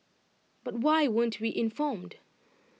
but why weren't we informed